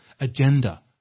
agenda